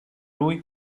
lui